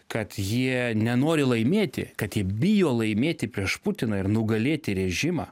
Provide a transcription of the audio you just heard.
kad jie nenori laimėti kad jie bijo laimėti prieš putiną ir nugalėti režimą